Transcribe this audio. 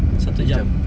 jam